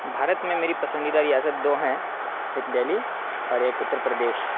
بھارت میں میری پسندیدہ ریاست دو ہیں ایک دہلی اور ایک اتّر پردیس